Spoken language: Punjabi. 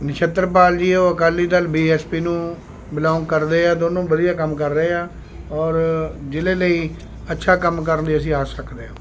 ਨਛੱਤਰ ਪਾਲ ਜੀ ਉਹ Akali Dal B S P ਨੂੰ ਬਿਲੌਂਗ ਕਰਦੇ ਆ ਦੋਨੋਂ ਵਧੀਆ ਕੰਮ ਕਰ ਰਹੇ ਆ ਔਰ ਜ਼ਿਲ੍ਹੇ ਲਈ ਅੱਛਾ ਕੰਮ ਕਰਨ ਦੀ ਅਸੀਂ ਆਸ ਰੱਖਦੇ ਹਾਂ